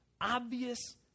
obvious